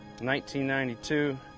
1992